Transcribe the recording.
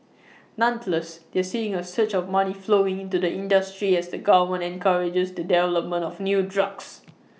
nonetheless they're seeing A surge of money flowing into the industry as the government encourages the development of new drugs